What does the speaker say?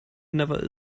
never